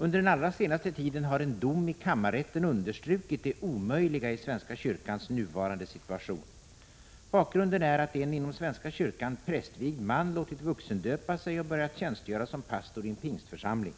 Under den allra senaste tiden har en dom i kammarrätten understrukit det omöjliga i svenska kyrkans nuvarande situation. Bakgrunden är att en inom svenska kyrkan prästvigd man låtit vuxendöpa sig och börjat tjänstgöra som pastor i en pingstförsamling.